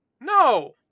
No